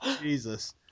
Jesus